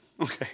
Okay